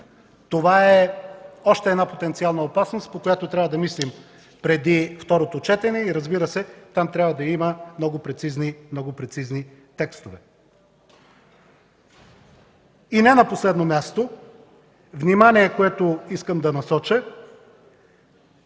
Това е още една потенциална опасност, върху която трябва да мислим преди второ четене. Разбира се, там трябва да има много прецизни текстове. И не на последно място искам да насоча